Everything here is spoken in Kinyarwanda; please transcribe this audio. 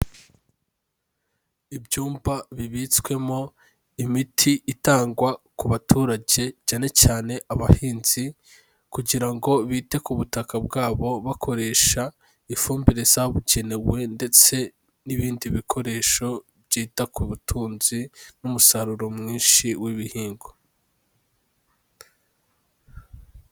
Ibyumba bibitswemo imiti itangwa ku baturage cyane cyane abahinzi kugira ngo bite ku butaka bwabo, bakoresha ifumbire zabugenewe ndetse n'ibindi bikoresho byita ku butunzi n'umusaruro mwinshi w'ibihingwa.